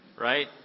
right